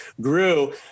grew